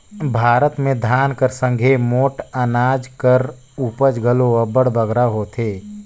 भारत में धान कर संघे मोट अनाज कर उपज घलो अब्बड़ बगरा होथे